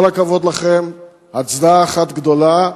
כל הכבוד לכם, הצדעה אחת גדולה,